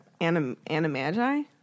Animagi